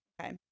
Okay